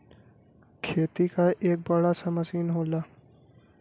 खेती क एक बड़ा सा मसीन होला